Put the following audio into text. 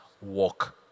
walk